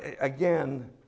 again